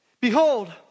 Behold